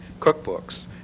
cookbooks